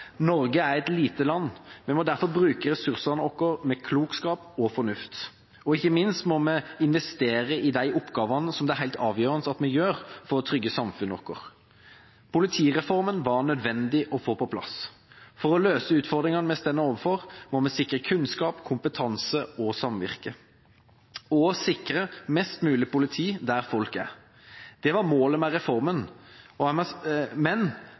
Norge er et lite land. Vi må derfor bruke ressursene våre med klokskap og fornuft, og ikke minst må vi investere i de oppgavene som det er helt avgjørende at vi gjør for å trygge samfunnet vårt. Politireformen var nødvendig å få på plass. For å løse utfordringene vi står overfor, må vi sikre kunnskap, kompetanse og samvirke og mest mulig politi der folk er. Det var målet med reformen, men jeg må